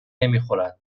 نمیخورد